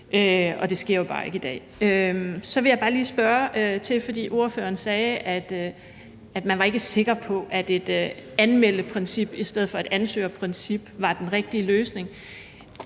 og det sker jo bare ikke i dag. Så vil jeg bare lige spørge ordføreren, fordi ordføreren sagde, at man ikke var sikker på, at et anmeldeprincip i stedet for et ansøgerprincip var den rigtige løsning: